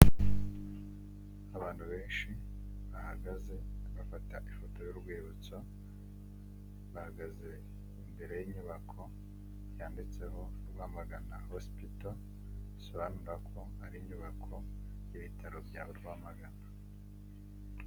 Abantu benshi bahagaze bafata ifoto y'urwibutso, bahagaze imbere y'inyubako, yanditseho Rwamagana hospital, bisobanura ko ari inyubako y'ibitaro bya Rwamagana.